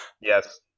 yes